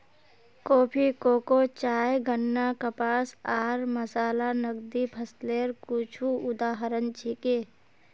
coffee, cocoa, चाय, गन्ना, कपास आर मसाला नकदी फसलेर कुछू उदाहरण छिके